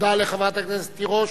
תודה לחברת הכנסת תירוש.